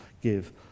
give